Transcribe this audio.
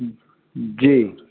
جی